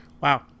Wow